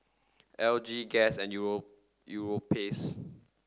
L G Guess and Europace